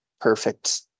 perfect